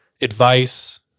advice